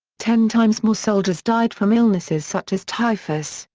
ten times more soldiers died from illnesses such as typhus,